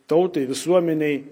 tautai visuomenei